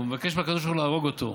הוא מבקש מהקדוש ברוך הוא להרוג אותו.